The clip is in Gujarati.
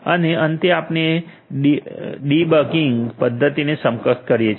અને અંતે આપણે ડિબગીંગ પદ્ધતિને સક્ષમ કરી છે